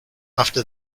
after